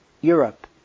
Europe